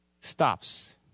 stops